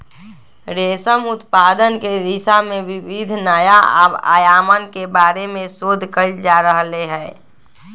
रेशम उत्पादन के दिशा में विविध नया आयामन के बारे में शोध कइल जा रहले है